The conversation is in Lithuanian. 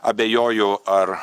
abejoju ar